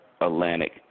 Atlantic